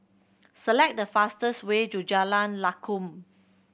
select the fastest way to Jalan Lakum